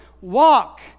Walk